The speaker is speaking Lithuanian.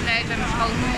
nusileidžiam iš kalnų ir